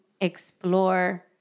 explore